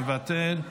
מוותר,